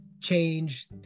change